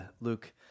Luke